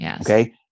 Okay